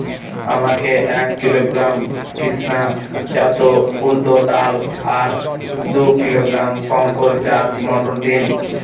আমাকে এক কিলোগ্রাম কৃষ্ণা জাত উর্দ ডাল আর দু কিলোগ্রাম শঙ্কর জাত মোটর দিন?